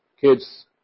kid's